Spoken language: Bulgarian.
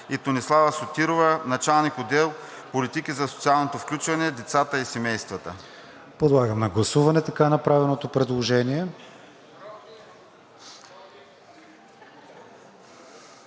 Томислава Сотирова – началник-отдел „Политики за социалното включване, децата и семействата“.